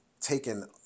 taken